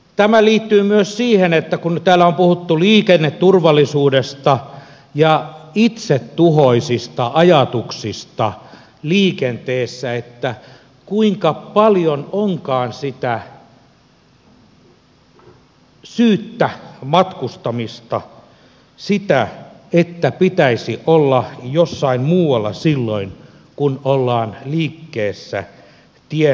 tämä liittyy myös siihen että kun täällä on puhuttu liikenneturvallisuudesta ja itsetuhoisista ajatuksista liikenteessä kuinka paljon onkaan sitä syyttä matkustamista sitä että pitäisi olla jossain muualla silloin kun ollaan liikkeessä tien päällä kulkemassa